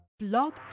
blog